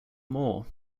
moor